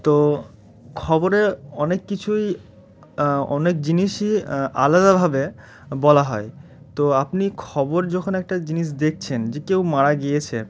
তো খবরে অনেক কিছুই অনেক জিনিসই আলাদাভাবে বলা হয় তো আপনি খবর যখন একটা জিনিস দেখছেন যে কেউ মারা গিয়েছে